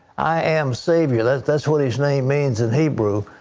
i am savior. that that is what his name means in hebrew.